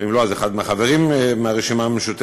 אם לא, אז אחד מהחברים מהרשימה המשותפת.